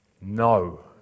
No